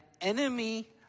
enemy